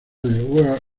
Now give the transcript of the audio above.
where